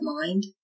mind